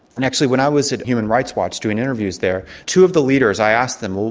and actually when i was at human rights watch doing interviews there, two of the leaders i asked them, well,